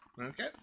Okay